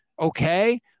okay